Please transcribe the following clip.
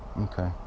Okay